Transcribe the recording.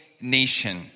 nation